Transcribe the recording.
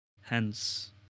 Hence